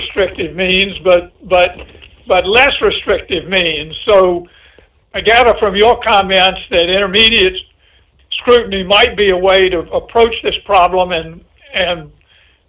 restrictive means bug but but less restrictive many and so i gather from your comments that intermediate scrutiny might be a way to approach this problem and